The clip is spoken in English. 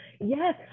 Yes